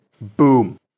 Boom